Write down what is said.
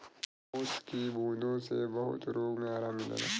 ओस की बूँदो से बहुत रोग मे आराम मिलेला